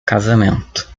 casamento